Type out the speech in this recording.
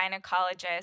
gynecologist